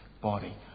body